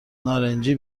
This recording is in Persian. نارنجی